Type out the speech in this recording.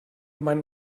meinen